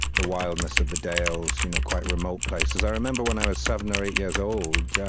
the wildness of the dales you know quite remote places. i remember, when i was seven or eight years old,